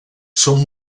són